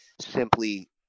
simply